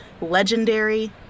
legendary